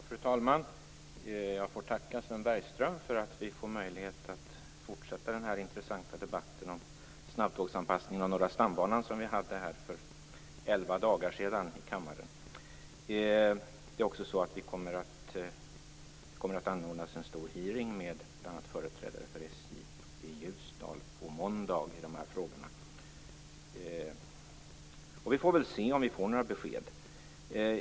Fru talman! Jag vill tacka Sven Bergström för att vi får möjlighet att fortsätta den intressanta debatten om snabbtågsanpassningen av Norra stambanan som vi hade för elva dagar sedan i kammaren. Det kommer att anordnas en stor hearing i de här frågorna med bl.a. företrädare för SJ uppe i Ljusdal på måndag. Vi får väl se om vi får några besked.